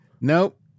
Nope